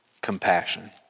compassion